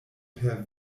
per